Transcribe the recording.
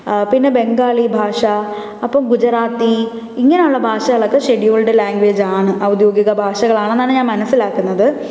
പിന്നെ ബംഗാളി ഭാഷ അപ്പം ഗുജറാത്തി ഇങ്ങനെ ഉള്ള ഭാഷകളൊക്കെ ഷെഡ്യൂൾഡ് ലാംഗ്വേജ് ആണ് ഔദ്യോഗിക ഭാഷകളാണെന്നാണ് ഞാൻ മനസ്സിലാക്കുന്നത്